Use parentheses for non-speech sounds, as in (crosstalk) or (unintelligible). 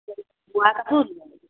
(unintelligible)